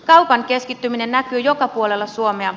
kaupan keskittyminen näkyy joka puolella suomea